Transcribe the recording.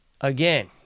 again